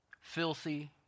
filthy